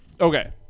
Okay